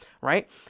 right